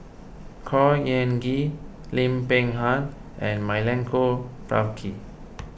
Khor Ean Ghee Lim Peng Han and Milenko Prvacki